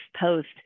post